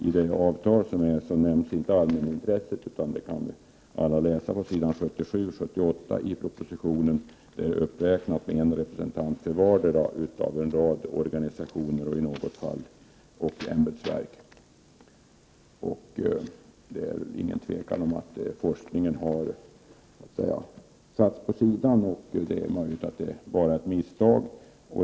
I detta avtal nämns inte allmänintresset, men på s. 77-78 i propositionen finns uppräknade representanter från en rad organisationer och i något fall även ämbetsverk. Det råder inga tvivel om att forskningen har så att säga ställts åt sidan. Det är möjligt att det bara är av misstag.